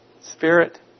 Spirit